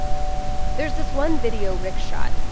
there's this one video rick shot.